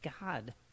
God